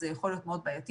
זה יכול להיות מאוד בעייתי.